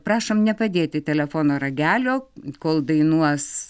prašom nepadėti telefono ragelio kol dainuos